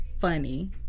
funny